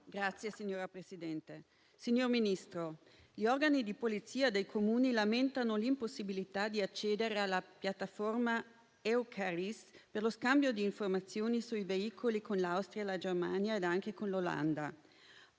Signor Ministro, gli organi di polizia dei Comuni lamentano l'impossibilità di accedere alla piattaforma EUCARIS per lo scambio di informazioni sui veicoli con l'Austria, la Germania e anche con l'Olanda.